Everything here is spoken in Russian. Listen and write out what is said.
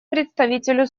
представителю